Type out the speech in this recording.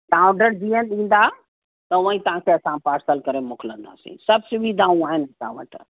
तव्हां ऑर्डर जीअं ॾींदा त हुंअ ई तव्हांखे असां पार्सल करे मोकिलींदासीं सभु सुविधाऊं आहिनि असां वटि